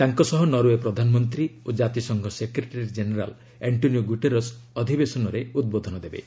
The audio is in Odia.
ତାଙ୍କ ସହ ନରଓ୍ପେ ପ୍ରଧାନମନ୍ତ୍ରୀ ଓ ଜାତିସଂଘ ସେକ୍ରେଟାରୀ ଜେନେରାଲ୍ ଆଶ୍କୋନିଓ ଗୁଟେରସ୍ ଅଧିବେଶନରେ ଉଦ୍ବୋଧନ ଦେବେ